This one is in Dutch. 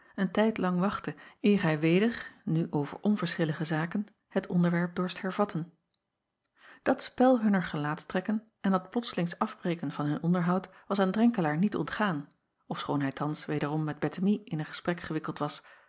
een tijd lang wachtte eer hij weder nu over onverschillige zaken het onderwerp dorst hervatten at spel hunner gelaatstrekken en dat plotslings afbreken van hun onderhoud was aan renkelaer niet ontgaan ofschoon hij thans wederom met ettemie in een gesprek gewikkeld was